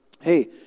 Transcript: hey